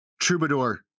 Troubadour